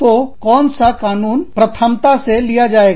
तो कौन सा कानून प्रथमता लिया जाएगा